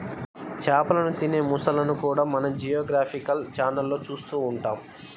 చేపలను తినే మొసళ్ళను కూడా మనం జియోగ్రాఫికల్ ఛానళ్లలో చూస్తూ ఉంటాం